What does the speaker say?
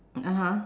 (uh huh)